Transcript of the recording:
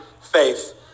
faith